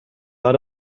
war